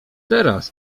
teraz